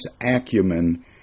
acumen